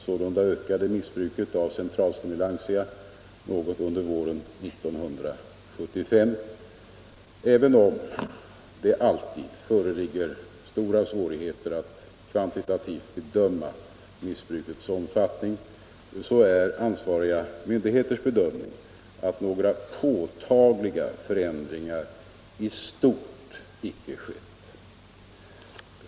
Sålunda ökade missbruket av centralstimulantia något under våren 1975. Även om det alltid föreligger stora svårigheter att kvantitativt ange missbrukets omfattning är ansvariga myndigheters bedömning att någon påtaglig förändring av läget i stort icke har skett.